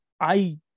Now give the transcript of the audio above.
I